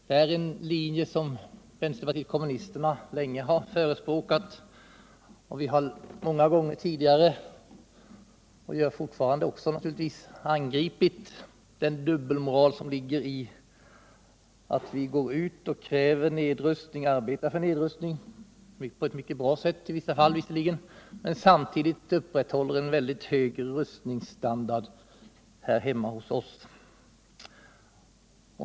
Det är en linje som vpk länge drivit, och vi har många gånger tidigare -— liksom vi fortfarande gör — angripit den dubbelmoral som ligger i att arbeta för nedrustning, visserligen på ett mycket bra sätt i vissa fall, men samtidigt upprätthålla en mycket hög rustningsstandard här hemma hos oss.